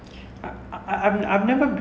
like I have